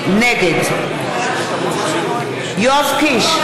נגד יואב קיש,